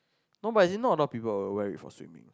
no but as in not a lot of people will wear it for swimming